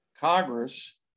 Congress